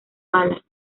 bala